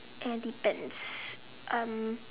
and depends um